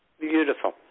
Beautiful